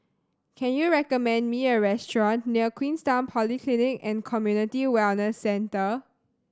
can you recommend me a restaurant near Queenstown Polyclinic and Community Wellness Centre